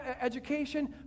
education